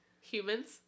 Humans